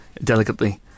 delicately